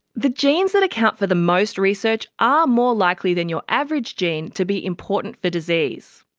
the genes that account for the most research are more likely than your average gene to be important for disease.